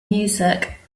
music